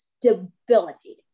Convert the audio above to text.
debilitating